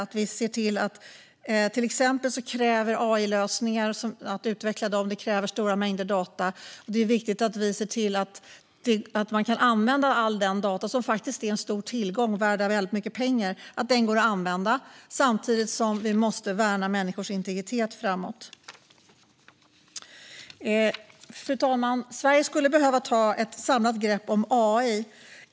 Till exempel kräver utveckling av AI-lösningar stora mängder data, och det är viktigt att vi ser till att man kan använda alla de data som faktiskt är en stor tillgång och värda väldigt mycket pengar. Samtidigt måste vi värna människors integritet. Fru talman! Sverige skulle behöva ta ett samlat grepp om AI.